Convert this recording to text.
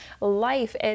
life